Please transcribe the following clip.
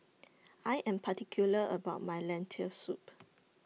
I Am particular about My Lentil Soup